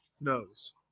Knows